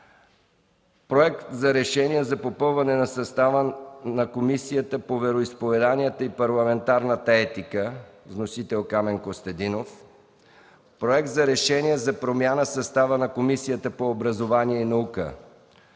Проект за решение за попълване на състава на Комисията по вероизповеданията и парламентарната етика. Вносител – Камен Костадинов. Проект за решение за промяна в състава на Комисията по образованието и науката.